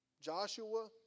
Joshua